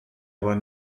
aber